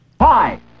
Hi